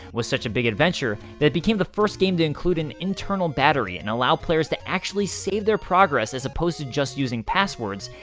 was such a big adventure, that it became the first game to include an internal battery and allow players to actually save their progress as opposed to just using passwords,